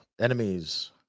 enemies